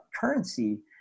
currency